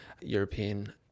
European